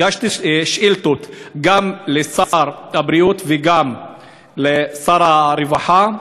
הגשתי שאילתות גם לשר הבריאות וגם לשר הרווחה,